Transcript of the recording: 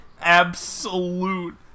absolute